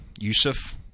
Yusuf